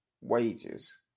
wages